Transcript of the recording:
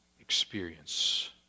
experience